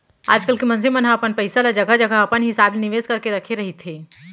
आजकल के मनसे मन ह अपन पइसा ल जघा जघा अपन हिसाब ले निवेस करके रखे रहिथे